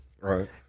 Right